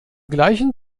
gleichen